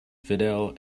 fidel